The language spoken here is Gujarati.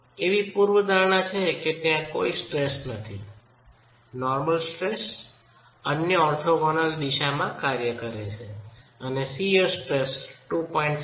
એવી પૂર્વધારણા છે કે ત્યાં કોઈ સ્ટ્રેસ નથી નોર્મલ સ્ટ્રેસ અન્ય ઓર્થોગોનલ દિશામાં કાર્ય કરે છે અને શિઅર સ્ટ્રેસ 2